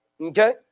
Okay